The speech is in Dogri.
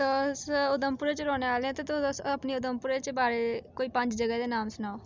तुस उधमपुर च रौह्ने आह्ले ते तुस अपने उधमपुर दे बारे च कोई पंज जगह्ं दे नांऽ सनाओ